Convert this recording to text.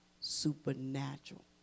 supernatural